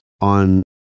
on